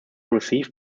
received